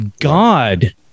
God